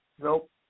Nope